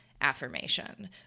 affirmation